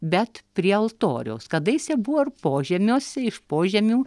bet prie altoriaus kadaise buvo ir požemiuose iš požemių